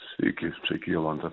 sveiki sveiki jolanta